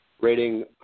rating